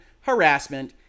harassment